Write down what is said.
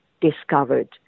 discovered